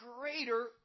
greater